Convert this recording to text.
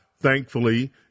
Thankfully